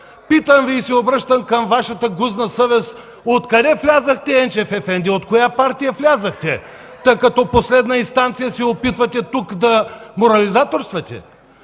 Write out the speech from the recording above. Питам Ви и се обръщам към Вашата гузна съвест – откъде влязохте, Енчев ефенди? От коя партия влязохте, та като последна инстанция се опитвате тук да морализаторствате?!